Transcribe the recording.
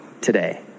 today